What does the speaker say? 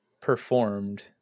performed